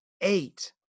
eight